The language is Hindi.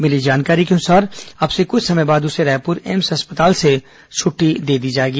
भिली जानकारी के अनुसार अब से कुछ समय बाद उसे रायपुर एम्स अस्पताल से छटटी दे दी जाएगी